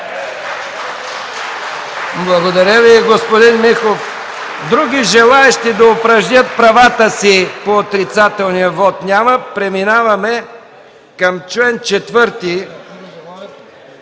Благодаря Ви, господин Михов. Други желаещи да упражнят правата си по отрицателния вот? Няма. Преминаваме към чл.